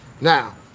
Now